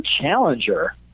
Challenger